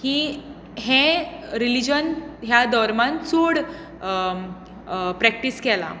हीं हें रिलीजन ह्या धर्मांत चोड प्रॅक्टीस केलां